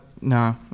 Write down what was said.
No